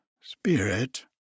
Spirit